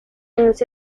ese